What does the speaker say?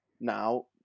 now